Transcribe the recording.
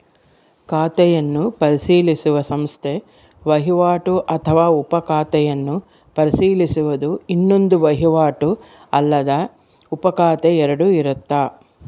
ಖಾತೆಯನ್ನು ಪರಿಶೀಲಿಸುವ ಸಂಸ್ಥೆ ವಹಿವಾಟು ಅಥವಾ ಉಪ ಖಾತೆಯನ್ನು ಪರಿಶೀಲಿಸುವುದು ಇನ್ನೊಂದು ವಹಿವಾಟು ಅಲ್ಲದ ಉಪಖಾತೆ ಎರಡು ಇರುತ್ತ